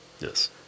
Yes